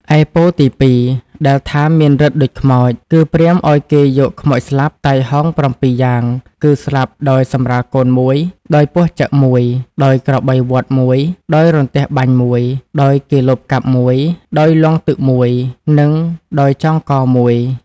ឯពរ ទី ២ ដែលថា មានឫទ្ធិដូចខ្មោច គឺព្រាហ្មណ៍ឲ្យគេយកខ្មោចស្លាប់ តៃហោង ៧ យ៉ាង គឺ ស្លាប់ដោយសម្រាលកូន ១, ដោយពស់ចឹក ១, ដោយក្របីវ័ធ ១, ដោយរន្ទះបាញ់ ១, ដោយគេលបកាប់ ១, ដោយលង់ទឹក ១, និងដោយចងក ១។